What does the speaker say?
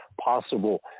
possible